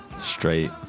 Straight